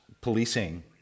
policing